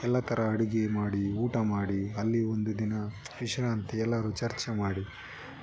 ಎಲ್ಲ ಥರ ಅಡುಗೆ ಮಾಡಿ ಊಟ ಮಾಡಿ ಅಲ್ಲಿ ಒಂದು ದಿನ ವಿಶ್ರಾಂತಿ ಎಲ್ಲರೂ ಚರ್ಚೆ ಮಾಡಿ